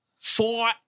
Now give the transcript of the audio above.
Four